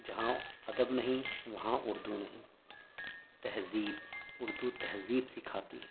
جہاں ادب نہیں وہاں اردو نہیں تہذیب اردو تہذیب سکھاتی ہے